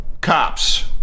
Cops